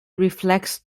reflects